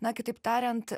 na kitaip tariant